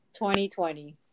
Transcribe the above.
2020